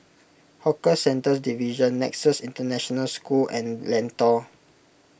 Hawker Centres Division Nexus International School and Lentor